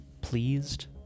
pleased